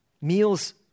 Meals